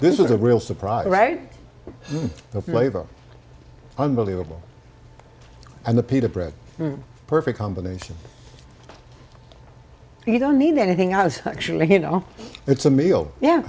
this is a real surprise right the flavor unbelievable and the pita bread the perfect combination you don't need anything i was actually you know it's a meal yeah